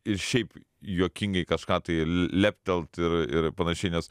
ir šiaip juokingai kažką tai le leptelt ir ir panašiai nes